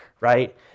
right